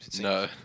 No